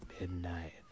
Midnight